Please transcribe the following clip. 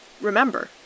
remember